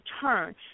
turn